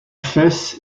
fès